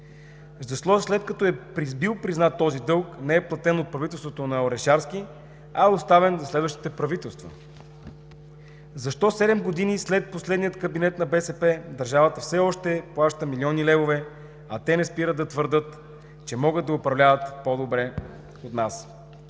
Защо, след като е бил признат този дълг, не е платен от правителството на Орешарски, а е оставен за следващите правителства? Защо седем години след последния кабинет на БСП държавата все още плаща милиони левове, а те не спират да твърдят, че могат да управляват по-добре от нас?